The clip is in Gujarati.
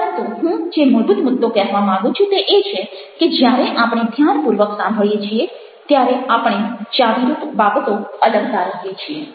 પરંતુ હું જે મૂળભૂત મુદ્દો કહેવા માગું છું તે એ છે કે જ્યારે આપણે ધ્યાનપૂર્વક સાંભળીએ છીએ ત્યારે આપણે ચાવીરૂપ બાબતો અલગ તારવીએ છીએ